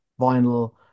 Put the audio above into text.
vinyl